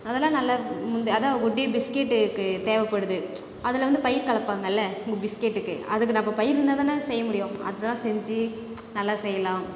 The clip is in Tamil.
அதெல்லாம் நல்லா முந்தி அதுதான் குட்டே பிஸ்கெட்டுக்கு தேவைப்படுது அதில் வந்து பயிர் கலப்பாங்கல்ல உ பிஸ்கெட்டுக்கு அதுக்கு நம்ம பயிர் இருந்தால் தானே அதை செய்ய முடியும் அதுதான் செஞ்சு நல்லா செய்யலாம்